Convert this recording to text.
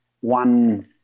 one